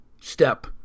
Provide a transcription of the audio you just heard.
step